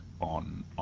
on